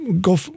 go